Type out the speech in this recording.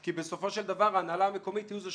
כי בסופו של דבר ההנהלה המקומית היא זו